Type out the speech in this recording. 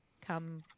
come